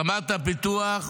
רמת הפיתוח ועוד.